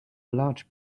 large